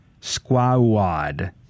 Squad